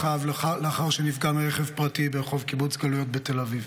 לחייו לאחר שנפגע מרכב פרטי ברחוב קיבוץ גלויות בתל אביב.